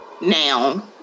now